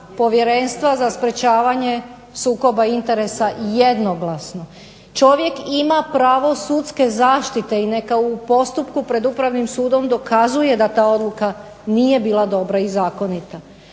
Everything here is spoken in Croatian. Povjerenstva za sprečavanje sukoba interesa jednoglasno. Čovjek ima pravo sudske zaštite i neka u postupku pred Upravnim sudom dokazuje da ta odluka nije bila dobra i zakonita.